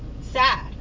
sad